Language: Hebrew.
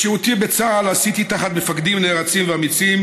את שירותי בצה"ל עשיתי תחת מפקדים נערצים ואמיצים,